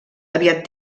aviat